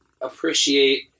appreciate